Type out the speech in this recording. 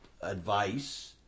advice